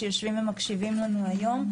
שיושבים ומקשיבים לנו היום.